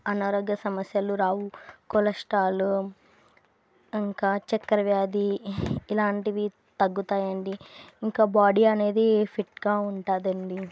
అనారోగ్య సమస్యలు రావు కొలెస్ట్రాల్ ఇంకా చక్కెర వ్యాధి ఇలాంటివి తగ్గుతాయండి ఇంకా బాడీ అనేది ఫిట్గా ఉంటుందండి